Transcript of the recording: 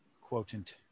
quotient